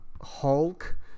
hulk